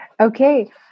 Okay